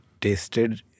tasted